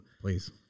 please